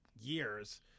years